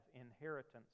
inheritance